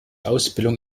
ausbildung